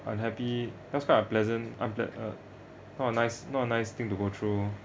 unhappy that's quite unpleasant unplea~ uh not a nice not a nice thing to go through